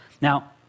Now